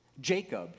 Jacob